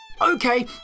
Okay